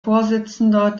vorsitzender